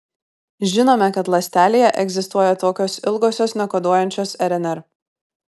žinome kad ląstelėje egzistuoja tokios ilgosios nekoduojančios rnr